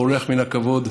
הבורח מן הכבוד,